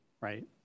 right